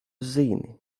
zini